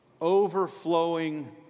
overflowing